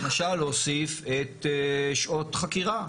למשל להוסיף את שעות חקירה.